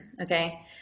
okay